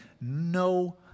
no